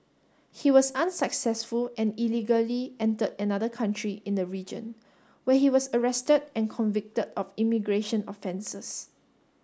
he was unsuccessful and illegally entered another country in the region where he was arrested and convicted of immigration offences